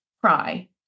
cry